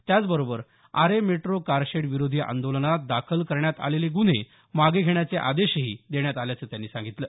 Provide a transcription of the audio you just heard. त्याचबरोबर Aarey metro car shed विरोधी आंदोलनात दाखल करण्यात आलेले गुन्हे मागे घेण्याचे आदेशही देण्यात आल्याचं त्यांनी सांगितलं